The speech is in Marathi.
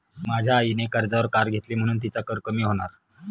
माझ्या आईने कर्जावर कार घेतली म्हणुन तिचा कर कमी होणार